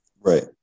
Right